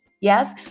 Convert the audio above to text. yes